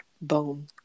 boom